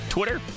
Twitter